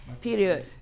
Period